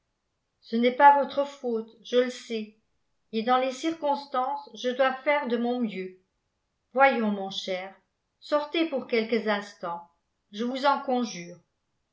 ce n'est pas votre faute je le sais et dans les circonstances je dois faire de mon mieux voyons mon cher sortez pour quelques instants je vous en conjure